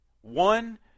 one